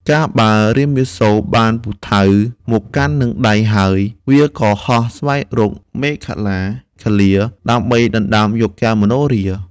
កាលបើរាមាសូរបានពូថៅមកកាន់នៅនឹងដៃហើយ វាក៏ហោះស្វែងរកនាងមេខលា ដើម្បីដណ្តើមយកកែវមនោហរា។